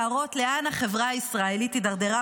להראות לאן החברה הישראלית הידרדרה,